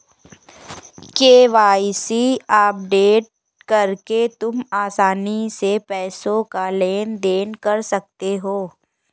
KYC update करके तुम आसानी से पैसों का लेन देन कर सकते हो